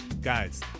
guys